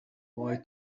boy